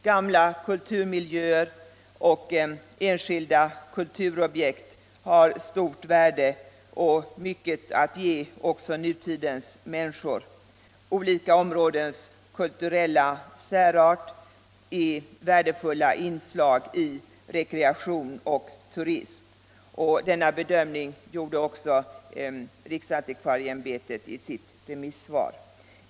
Gamla kulturmiljöer och enskilda kulturobjekt har stort värde och mycket att ge också nutidens människor. Olika områdens kulturella särart är värdefulla inslag i rekreation och turism. Denna bedömning gjorde också riksantikvarieämbetet i sitt remissvar. Herr talman!